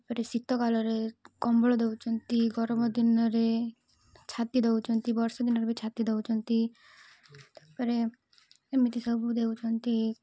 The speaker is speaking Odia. ତା'ପରେ ଶୀତ କାଳରେ କମଳ ଦେଉଛନ୍ତି ଗରମ ଦିନରେ ଛାତି ଦେଉଛନ୍ତି ବର୍ଷା ଦିନରେ ବି ଛାତି ଦେଉଛନ୍ତି ତା'ପରେ ଏମିତି ସବୁ ଦେଉଛନ୍ତି